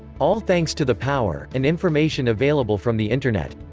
all thanks to the power, and information available from the internet.